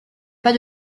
pas